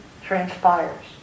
transpires